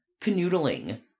Canoodling